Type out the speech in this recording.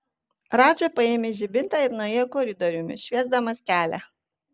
radža paėmė žibintą ir nuėjo koridoriumi šviesdamas kelią